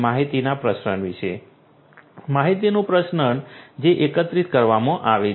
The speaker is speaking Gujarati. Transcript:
માહિતીના પ્રસારણ વિશે માહિતીનું પ્રસારણ જે એકત્રિત કરવામાં આવે છે